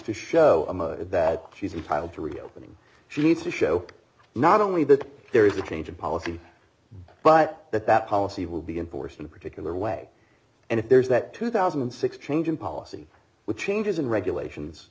to show that she's entitled to reopening she needs to show not only that there is a change of policy but that that policy will be enforced in a particular way and if there is that two thousand and six change in policy which changes in regulations